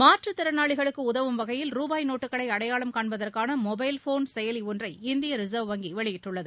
மாற்றுத் திறனாளிகளுக்கு உதவும் வகையில் ரூபாய் நோட்டுகளை அடையாளம் காண்பதற்கான மொபைல் போன் செயலி ஒன்றை இந்திய ரிசர்வ் வங்கி வெளியிட்டுள்ளது